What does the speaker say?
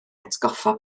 atgoffa